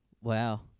Wow